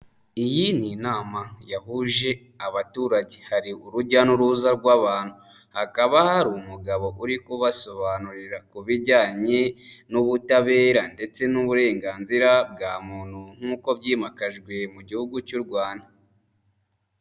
Iyi ni inama yahuje abaturage hari urujya n'uruza rw'abantu. Hakaba hari umugabo uri kubasobanurira ku bijyanye n'ubutabera ndetse n'uburenganzira bwa muntu nkuko byimakajwe mu gihugu cy'u Rwanda.